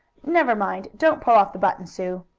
never mind. don't pull off the button, sue,